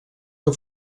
que